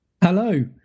Hello